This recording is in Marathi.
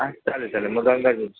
हा चालेल चालेल मग गंगाचंच